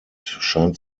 scheint